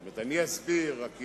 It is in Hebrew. זאת אומרת, אני אסביר, רק